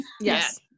Yes